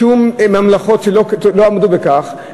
שום ממלכות לא עמדו בכך,